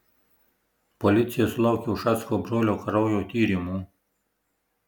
policija sulaukė ušacko brolio kraujo tyrimų